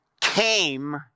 came